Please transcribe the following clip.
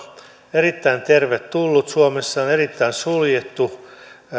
erittäin tervetullut suomessa on erittäin suljettu